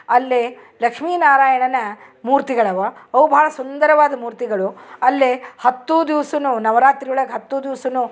ಅಲ್ಲಿ ಲಕ್ಷ್ಮೀ ನಾರಾಯಣನ ಮೂರ್ತಿಗಳವ ಅವು ಬಹಳ ಸುಂದರವಾದ ಮೂರ್ತಿಗಳು ಅಲ್ಲೇ ಹತ್ತು ದಿವಸನೂ ನವರಾತ್ರಿ ಒಳಗ ಹತ್ತು ದಿವಸ